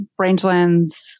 Rangelands